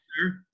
sir